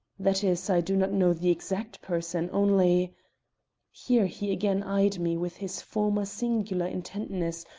that is, i do not know the exact person. only here he again eyed me with his former singular intentness,